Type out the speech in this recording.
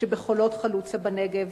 שבחולות חלוצה בנגב,